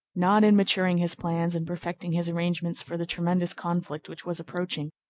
not in maturing his plans and perfecting his arrangements for the tremendous conflict which was approaching,